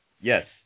Yes